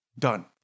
done